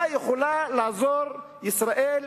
מה יכולה לעזור ישראל